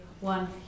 one